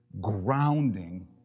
grounding